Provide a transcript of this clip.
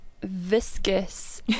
viscous